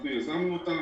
אנחנו יזמנו אותה,